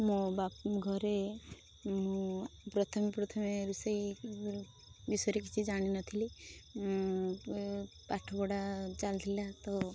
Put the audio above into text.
ମୋ ବାପ ଘରେ ମୁଁ ପ୍ରଥମେ ପ୍ରଥମେ ରୋଷେଇ ବିଷୟରେ କିଛି ଜାଣି ନଥିଲି ପାଠ ପଢ଼ା ଚାଲିଥିଲା ତ